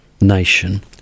nation